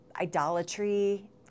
idolatry